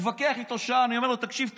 מתווכח איתו שעה, אני אומר לו: תקשיב טוב,